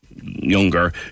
younger